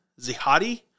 Zihadi